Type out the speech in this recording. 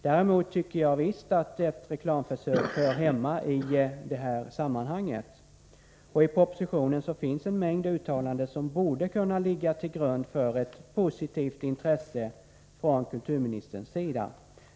Däremot tycker jag visst att ett reklamförsök hör hemma i detta sammanhang, och i propositionen finns en mängd uttalanden som borde kunna ligga till grund för ett positivt intresse från kulturministerns sida.